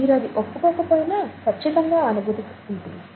మీరు అది ఒప్పుకోకపోయినా ఖచ్చితంగా ఆ అనుభూతి ఉంటుంది